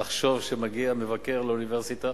רק תחשוב שמגיע מבקר לאוניברסיטה,